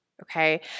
okay